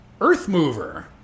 Earthmover